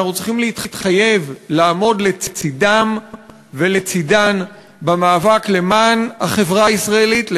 אנחנו צריכים להתחייב לעמוד לצדם ולצדן במאבק למען החברה הישראלית,